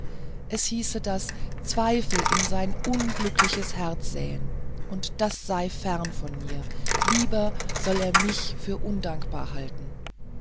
es hieße das zweifel in sein unglückliches herz säen und das sei ferne von mir lieber soll er mich für undankbar halten